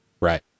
Right